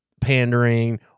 pandering